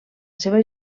seva